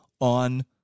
on